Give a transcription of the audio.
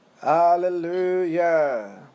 Hallelujah